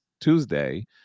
tuesday